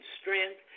strength